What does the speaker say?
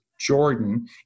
jordan